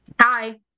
Hi